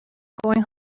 going